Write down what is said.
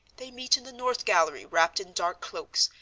they meet in the north gallery, wrapped in dark cloaks,